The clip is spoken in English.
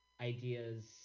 ideas